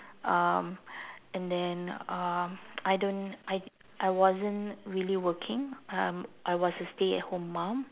um and then um I don't I I wasn't really working um I was a stay at home mum